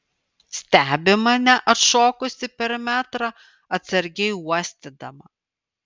stebi mane atšokusi per metrą atsargiai uostydama